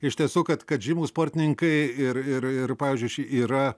iš tiesų kad kad žymūs sportininkai ir ir ir pavyzdžiui ši yra